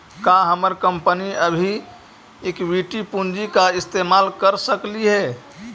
का हमर कंपनी अभी इक्विटी पूंजी का इस्तेमाल कर सकलई हे